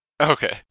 Okay